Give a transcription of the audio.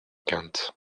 quinte